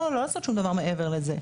לא לעשות שום דבר מעבר לזה.